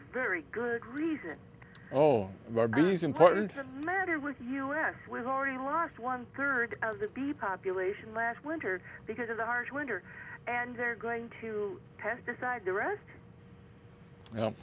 very good reason why these important matter with us we've already lost one third of the bee population last winter because of the harsh winter and they're going to pesticide the rest